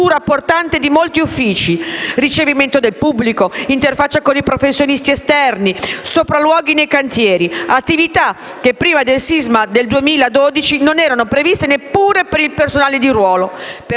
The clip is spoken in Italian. l'ossatura portante di molti uffici (ricevimento del pubblico, interfaccia con i professionisti esterni, sopralluoghi nei cantieri); attività che prima del sisma del 2012 non erano previste neppure per il personale di ruolo.